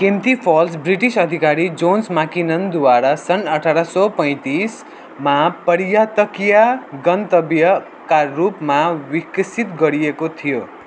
Kempty Falls British अधिकारी Jones मेकिननद्वारा सन् अठार सौ पैँतिसमा पर्याटकीया गन्तव्यका रूपमा विकसित गरिएको थियो